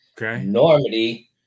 Normandy